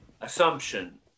assumption